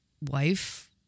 wife